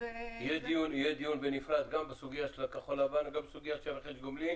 ויהיה דיון בנפרד גם בסוגיה של הכחול הלבן וגם בסוגיה של רכש גומלין